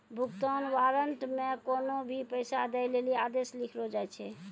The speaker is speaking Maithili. भुगतान वारन्ट मे कोन्हो भी पैसा दै लेली आदेश लिखलो जाय छै